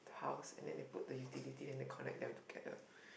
the house and then they put the utility and then they connect them together